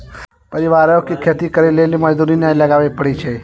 परिवारो के खेती करे लेली मजदूरी नै लगाबै पड़ै छै